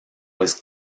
was